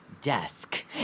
desk